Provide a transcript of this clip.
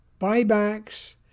Buybacks